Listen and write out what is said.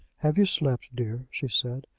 have you slept, dear? she said.